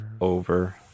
over